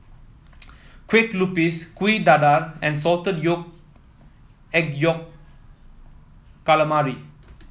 Kueh Lupis Kuih Dadar and salted yolk egg Yolk Calamari